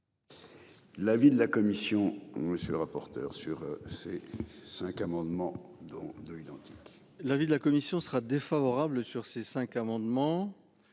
L'avis de la commission. Monsieur le rapporteur. Sur ces cinq amendements dont 2 identique. L'avis de la commission sera défavorable sur ces cinq amendements.